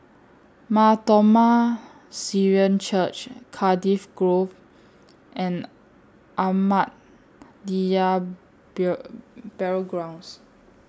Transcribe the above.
Mar Thoma Syrian Church Cardiff Grove and Ahmadiyya Burial Grounds